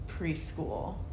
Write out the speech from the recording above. preschool